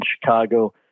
Chicago